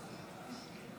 נגד,